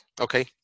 Okay